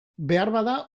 beharbada